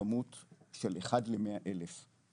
כמות של אחד ל-100 אלף,